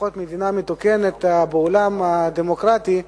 לפחות מדינה מתוקנת בעולם הדמוקרטי,